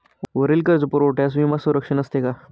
वरील कर्जपुरवठ्यास विमा संरक्षण असते का?